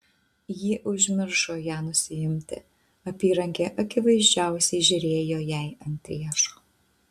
ji užmiršo ją nusiimti apyrankė akivaizdžiausiai žėrėjo jai ant riešo